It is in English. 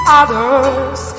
others